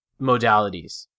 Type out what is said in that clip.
modalities